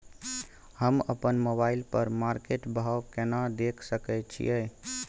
हम अपन मोबाइल पर मार्केट भाव केना देख सकै छिये?